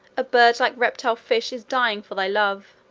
a bird-like reptile fish is dying for thy love!